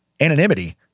anonymity